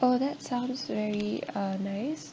oh that sounds very uh nice